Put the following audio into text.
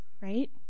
right